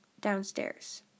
downstairs